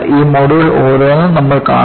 ഈ മോഡുകൾ ഓരോന്നും നമ്മൾ കാണും